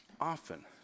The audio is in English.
often